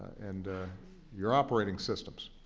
and your operating systems.